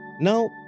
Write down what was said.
Now